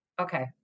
Okay